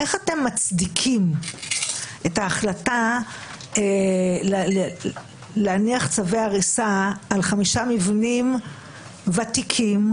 איך אתם מצדיקים את ההחלטה להניח צווי הריסה על חמישה מבנים ותיקים,